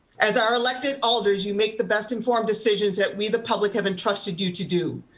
as our elected alders, you make the best informed decisions that we, the public, have entrusted you to do.